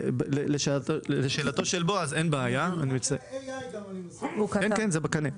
אני מזכיר גם לגבי AI. כן, זה בקנה.